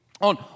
On